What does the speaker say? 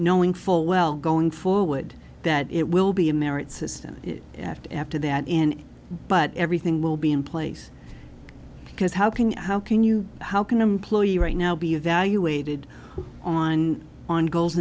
knowing full well going forward that it will be a merit system aft after that and but everything will be in place because how can how can you how can employ you right now be evaluated on on goals